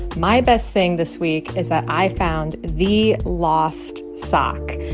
my best thing this week is that i found the lost sock.